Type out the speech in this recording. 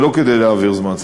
זה לא כדי להעביר זמן,